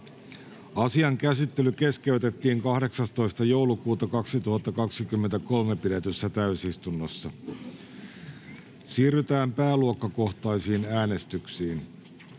Asian käsittely keskeytettiin 18.12.2023 pidetyssä täysistunnossa. Siirrytään pääluokkakohtaisiin äänestyksiin.